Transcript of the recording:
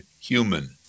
human